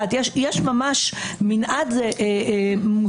יש לנו גם סעיף מנהלי בפקודת